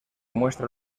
muestra